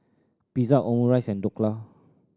Pizza Omurice and Dhokla